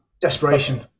Desperation